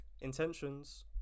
intentions